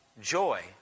Joy